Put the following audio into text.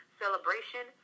celebration